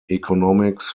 economics